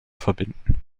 verbinden